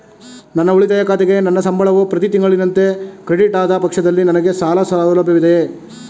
ನನ್ನ ಉಳಿತಾಯ ಖಾತೆಗೆ ನನ್ನ ಸಂಬಳವು ಪ್ರತಿ ತಿಂಗಳಿನಂತೆ ಕ್ರೆಡಿಟ್ ಆದ ಪಕ್ಷದಲ್ಲಿ ನನಗೆ ಸಾಲ ಸೌಲಭ್ಯವಿದೆಯೇ?